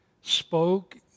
spoke